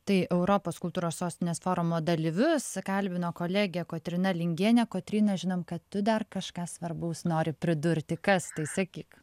tai europos kultūros sostinės forumo dalyvius kalbino kolegė kotryna lingienė kotryna žinom kad tu dar kažką svarbaus nori pridurti kas tai sakyk